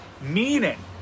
meaning